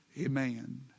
Amen